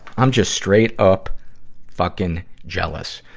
i'm just straight-up fucking jealous!